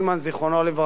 זיכרונו לברכה.